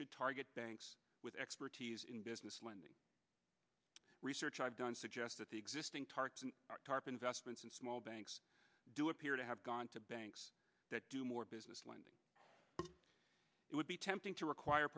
should target banks with expertise in business lending research i've done suggests that the existing targets and tarp investments in small banks do appear to have gone to banks that do more business lending it would be tempting to require